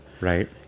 right